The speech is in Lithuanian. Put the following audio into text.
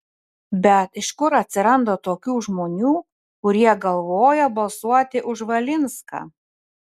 bet iš kur atsiranda tokių žmonių kurie galvoja balsuoti už valinską